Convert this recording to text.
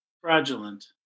fraudulent